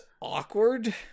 awkward